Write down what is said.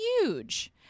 huge